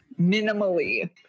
minimally